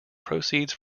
proceeds